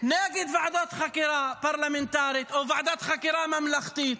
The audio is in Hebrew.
נגד ועדת חקירה פרלמנטרית או ועדת חקירה ממלכתית,